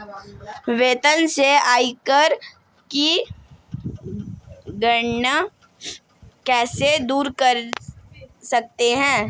वेतन से आयकर की गणना कैसे दूर कर सकते है?